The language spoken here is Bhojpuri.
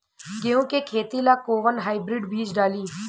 गेहूं के खेती ला कोवन हाइब्रिड बीज डाली?